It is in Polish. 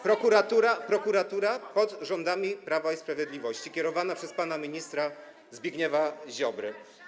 Prokuratura pod rządami Prawa i Sprawiedliwości kierowana przez pana ministra Zbigniewa Ziobrę.